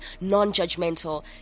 Non-judgmental